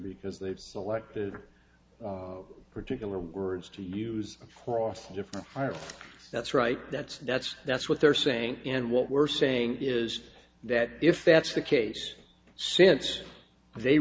because they've selected a particular words to use cross different that's right that's that's that's what they're saying and what we're saying is that if that's the case since they